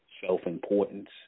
self-importance